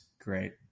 great